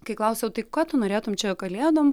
kai klausiau tai ko tu norėtum čia kalėdom